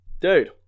Dude